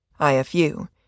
IFU